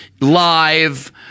live